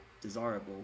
desirable